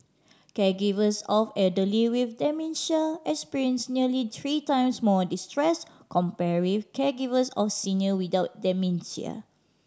caregivers of elderly with dementia experience nearly three times more distress compare with caregivers of senior without dementia